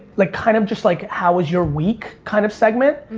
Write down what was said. like kind of just like how is your week kind of segment.